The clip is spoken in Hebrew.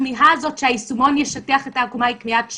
שהכמיהה הזאת שהיישומון ישטיח את העקומה היא כמיהת שווא.